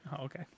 okay